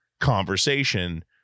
conversation